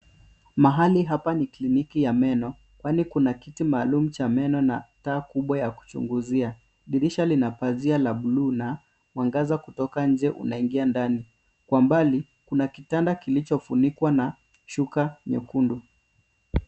Mahali hapa ni kliniki ya meno kwani kuna kiti maalum cha meno na taa kubwa ya kuchunguzia, dirisha lina pazia la buluu na mwangaza kutoka nje unaingia ndani, kwa mbali kuna kitanda kilichofunikwa na shuka nyekundu.